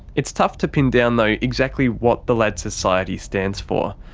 it's tough to pin down though exactly what the lads society stands for.